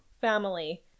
family